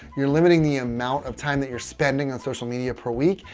you're limiting the amount of time that you're spending on social media per week.